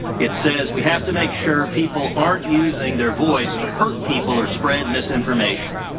it says we have to make sure people aren't using their voice to hurt people or spread misinformation.